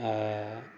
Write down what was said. आ